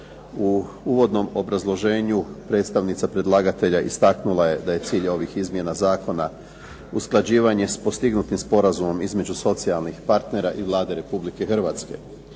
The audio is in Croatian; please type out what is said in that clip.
U uvodnom obrazloženju predstavnica predlagatelja istaknula je da je cilj ovih izmjena zakona usklađivanje s postignutim sporazumom između socijalnih partnera i Vlade Republike Hrvatske.